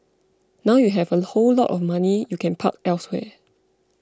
now you have a whole lot of money you can park elsewhere